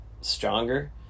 stronger